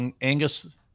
Angus